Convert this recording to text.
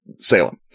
Salem